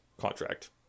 contract